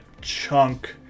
chunk